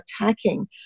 attacking